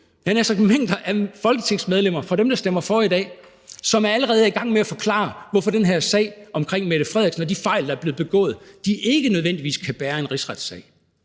nær sagt mængder af folketingsmedlemmer, af dem, der stemmer for i dag, som allerede er i gang med at forklare, hvorfor den her sag omkring Mette Frederiksen og de fejl, der er blevet begået, ikke nødvendigvis kan bære en rigsretssag.